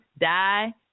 die